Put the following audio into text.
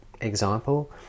example